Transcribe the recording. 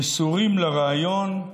מסורים לרעיון,